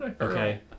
Okay